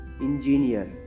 Engineer